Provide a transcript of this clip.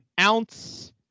ounce